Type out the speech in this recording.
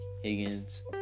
Higgins